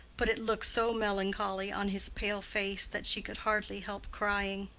but it looked so melancholy on his pale face that she could hardly help crying.